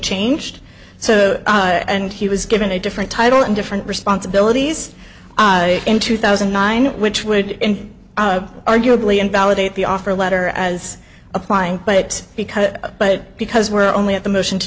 changed so and he was given a different title and different responsibilities in two thousand and nine which would arguably invalidate the offer letter as applying but because but because we're only at the motion to